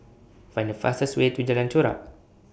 Find The fastest Way to Jalan Chorak